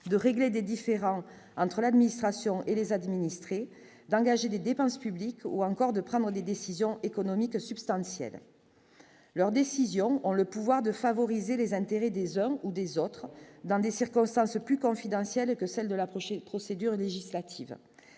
de régler des différends entre l'administration et les administrés d'engager des dépenses publiques, ou encore de prendre des décisions économiques substantielles leur décision ont le pouvoir de favoriser les intérêts des hommes ou des autres dans des circonstances plus confidentielles que celle de l'approcher procédure législative,